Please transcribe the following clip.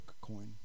coin